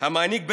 המעניק,